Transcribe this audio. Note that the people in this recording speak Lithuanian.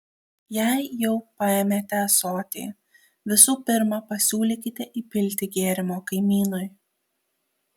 jei jau paėmėte ąsotį visų pirma pasiūlykite įpilti gėrimo kaimynui